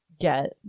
get